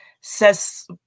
says